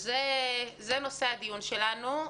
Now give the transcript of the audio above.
זה נושא הדיון שלנו.